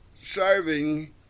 serving